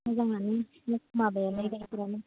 मोजांआनो माबायालाय गाइखेरालाय